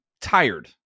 tired